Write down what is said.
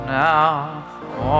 now